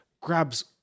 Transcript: grabs